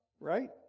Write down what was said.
right